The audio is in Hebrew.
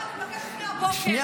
אי-אפשר, אני מבקשת מהבוקר.